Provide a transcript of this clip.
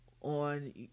on